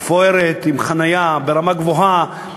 מפוארת, עם חניה, ברמה גבוהה.